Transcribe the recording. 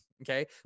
Okay